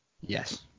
Yes